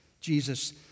Jesus